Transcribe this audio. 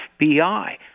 fbi